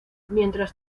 mientras